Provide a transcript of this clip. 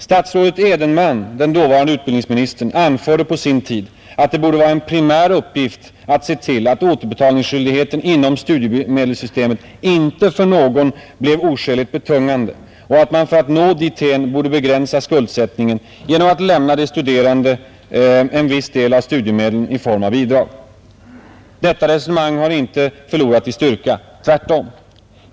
Statsrådet Edenman, den dåvarande utbildningsministern, anförde på sin tid, att det borde vara en primär uppgift att se till, att återbetalningsskyldigheten inom studiemedelssystemet inte för någon blev oskäligt betungande och att man för att nå dithän borde begränsa skuldsättningen genom att lämna de studerande en viss del av studiemedlen i form av bidrag. Detta resonemang har inte förlorat i styrka — tvärtom.